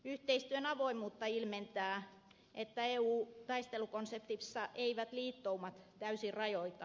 yhteistyön avoimuutta ilmentää että eu taistelukonseptissa eivät liittoumat täysin rajoita